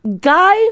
Guy